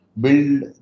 build